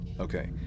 okay